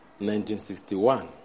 1961